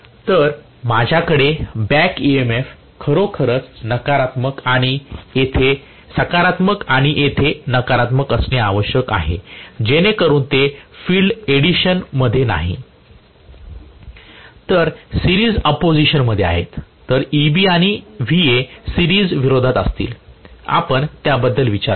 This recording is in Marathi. तर माझ्याकडे बॅक ईएमएफ खरोखरच सकारात्मक आणि येथे नकारात्मक असणे आवश्यक आहे जेणेकरून ते सिरीज एडिशन मध्ये नाही तर सिरीज अपोजिशन मध्ये आहेत तर Eb आणि Va सिरीज विरोधात असतील आपण त्याबद्दल विचार करा